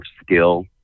skill